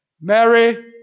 Mary